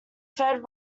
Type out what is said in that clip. fed